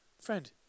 Friend